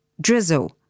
drizzle